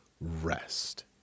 rest